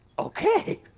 okay,